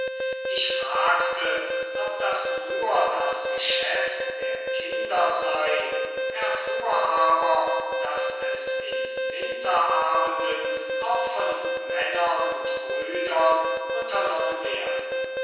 ich fragte ob das nur das geschäft der kinder sei erfuhr aber daß es in winterabenden auch von männern und brüdern unternommen werde